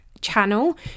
channel